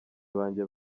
banjye